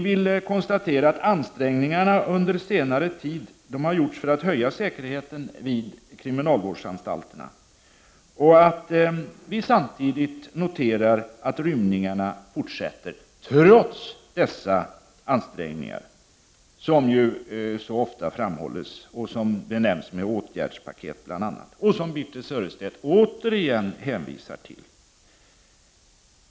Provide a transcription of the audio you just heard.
Vi konstaterar: ”Ansträngningar har under senare tid gjorts för att höja säkerheten vid kriminalvårdsanstalterna.” Samtidigt noterar vi emellertid att rymningarna fortsätter trots dessa ansträngningar, som ju så ofta framhålls — bl.a. åtgärdspaket — och som Birthe Sörestedt återigen hänvisar till.